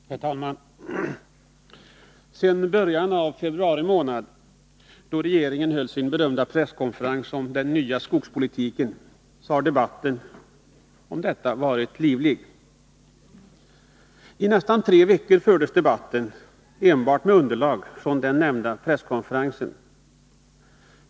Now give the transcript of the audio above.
Herr talman! Sedan början av februari månad, då regeringen höll sin berömda presskonferens om den nya skogspolitiken, har debatten om detta varit livlig. I nästan tre veckor fördes debatten enbart med underlag från den nämnda presskonferensen.